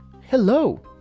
hello